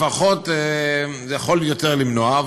לפחות, זה יכול יותר למנוע.